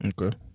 Okay